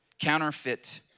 Counterfeit